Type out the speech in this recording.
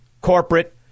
corporate